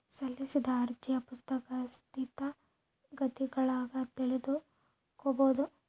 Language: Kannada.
ಸಲ್ಲಿಸಿದ ಅರ್ಜಿಯ ಪ್ರಸಕ್ತ ಸ್ಥಿತಗತಿಗುಳ್ನ ತಿಳಿದುಕೊಂಬದು